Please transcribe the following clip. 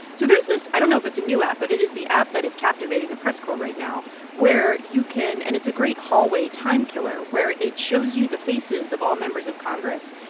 so there's this i don't know if it's a new app, but it is the app that is captivating the press corps right now where you can and it's a great hallway time killer where it shows you the faces of all members of congress.